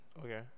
Okay